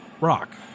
rock